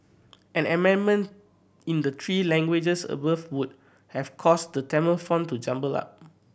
an amendment in the three languages above would have caused the Tamil font to jumble up